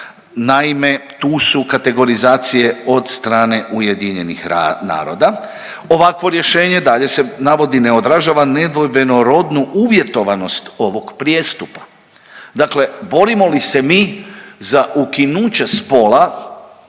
Naime tu su kategorizacije od strane Ujedinjenih navoda. Ovakvo rješenje dalje se navodi, ne odražava nedvojbeno rodnu uvjetovanost ovog prijestupa. Dakle borimo li se mi za ukinuće spola